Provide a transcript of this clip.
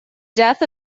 death